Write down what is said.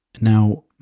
Now